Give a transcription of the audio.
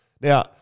Now